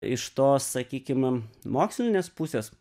iš tos sakykim mokslinės pusės